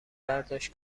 برداشت